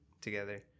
together